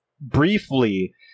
briefly